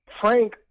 Frank